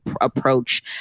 approach